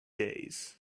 days